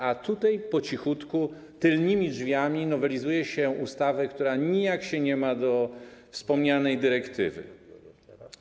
A tutaj po cichutku, tylnymi drzwiami nowelizuje się ustawę, która nijak się ma do wspomnianej dyrektywy.